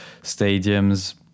stadiums